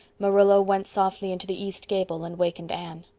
marilla went softly into the east gable and wakened anne.